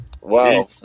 Wow